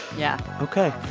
yeah ok.